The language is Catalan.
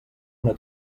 una